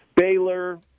Baylor